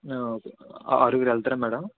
ఆ ఓకే ఆరుగురు వెళ్తారా మేడం